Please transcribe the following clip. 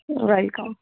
welcome